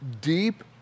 deep